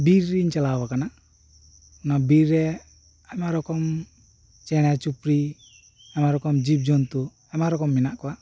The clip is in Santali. ᱵᱤᱨ ᱨᱮᱧ ᱪᱟᱞᱟᱣ ᱠᱟᱱᱟ ᱚᱱᱟ ᱵᱤᱨ ᱨᱮ ᱟᱭᱢᱟ ᱨᱚᱠᱚᱢ ᱪᱮᱸᱬᱮ ᱪᱩᱯᱲᱤ ᱱᱟᱱᱟ ᱨᱚᱠᱚᱢ ᱡᱤᱵᱽ ᱡᱚᱱᱛᱩ ᱟᱭᱢᱟ ᱨᱚᱠᱚᱢ ᱢᱮᱱᱟᱜ ᱠᱚᱣᱟ